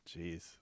Jeez